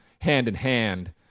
hand-in-hand